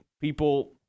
People